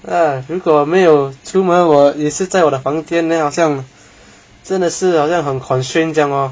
ah 如果没有出门我也是在我的房间 then 好像真的是好像很 constrain 这样 lor